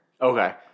Okay